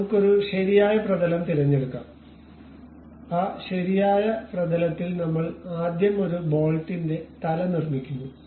അതിനാൽ നമുക്ക് ഒരു ശരിയായ പ്രതലം തിരഞ്ഞെടുക്കാം ആ ശരിയായ പ്രതലാത്തിൽ നമ്മൾ ആദ്യം ഒരു ബോൾട്ടിന്റെ തല നിർമ്മിക്കുന്നു